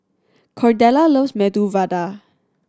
Cordella loves Medu Vada